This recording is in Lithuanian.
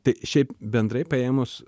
tai šiaip bendrai paėmus